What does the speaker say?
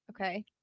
Okay